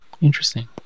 Interesting